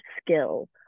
skill